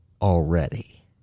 already